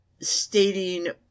stating